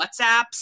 WhatsApps